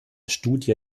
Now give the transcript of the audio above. studie